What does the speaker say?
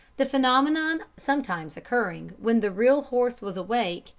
the phenomenon sometimes occurring when the real horse was awake,